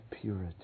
purity